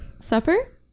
supper